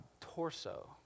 torso